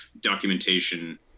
documentation